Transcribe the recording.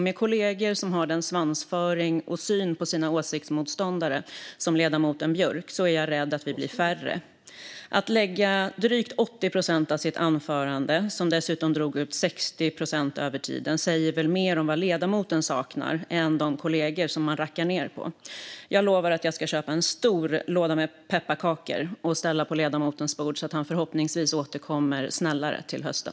Med kollegor som har den svansföring och den syn på sina åsiktsmotståndare som ledamoten Björck är jag rädd att vi blir färre. Att lägga drygt 80 procent av sitt anförande, som dessutom drog över tiden med 60 procent, på sådant säger väl mer om vad ledamoten saknar än vad de kollegor som han rackar ned på saknar. Jag lovar att jag ska köpa en stor låda med pepparkakor och ställa på ledamotens bord så att han förhoppningsvis återvänder snällare till hösten.